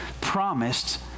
promised